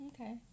Okay